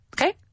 okay